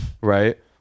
right